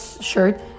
shirt